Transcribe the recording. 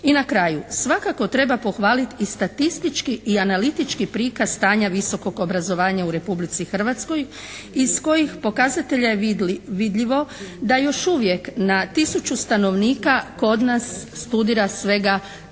I na kraju svakako treba pohvalit i statistički i analitički prikaz stanja visokog obrazovanja u Republici Hrvatskoj iz kojih pokazatelja je vidljivo da još uvijek na tisuću stanovnika kod nas studira svega 34 studenta,